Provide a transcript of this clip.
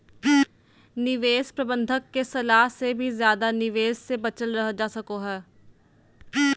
निवेश प्रबंधक के सलाह से भी ज्यादा निवेश से बचल रहल जा सको हय